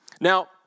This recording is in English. Now